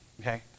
Okay